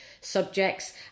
subjects